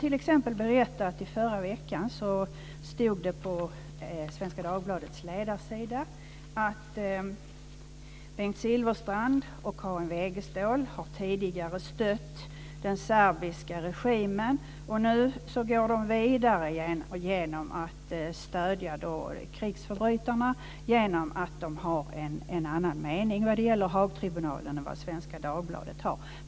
I förra veckan stod det på Svenska Dagbladets ledarsida att Bengt Silfverstrand och Karin Wegestål tidigare har stött den serbiska regimen. Nu går de vidare med att stödja krigsförbrytarna, genom att de har en annan mening om Haagtribunalen än Svenska Dagbladet.